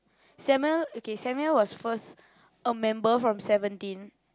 Samuel okay Samuel was first a member from Seventeen